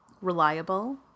reliable